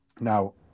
Now